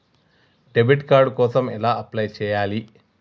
Debit card కోసం ఎలా apply చేయాలి?